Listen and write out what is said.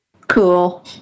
Cool